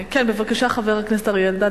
בבקשה, חבר הכנסת אריה אלדד.